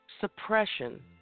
suppression